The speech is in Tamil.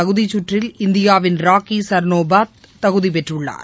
தகுதிச்சுற்றில் இந்தியாவின் ராக்கி சர்னோபாத் தகுதி பெற்றுள்ளார்